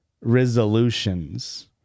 resolutions